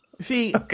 See